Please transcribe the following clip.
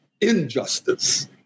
injustice